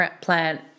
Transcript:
plant